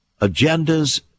agendas